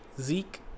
Zeke